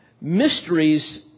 mysteries